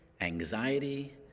anxiety